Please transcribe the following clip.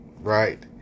right